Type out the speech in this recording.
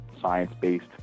science-based